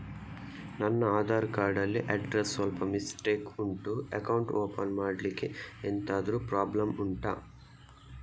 ನನ್ನ ಆಧಾರ್ ಕಾರ್ಡ್ ಅಲ್ಲಿ ಅಡ್ರೆಸ್ ಸ್ವಲ್ಪ ಮಿಸ್ಟೇಕ್ ಉಂಟು ಅಕೌಂಟ್ ಓಪನ್ ಮಾಡ್ಲಿಕ್ಕೆ ಎಂತಾದ್ರು ಪ್ರಾಬ್ಲಮ್ ಉಂಟಾ